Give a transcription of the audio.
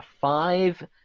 five